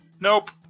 Nope